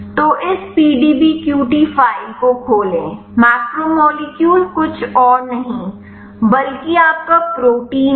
तो इस PDBQT file को खोलें मैक्रोमोलेक्यूल कुछ और नहीं बल्कि आपका प्रोटीन है